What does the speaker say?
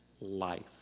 life